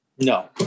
No